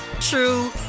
true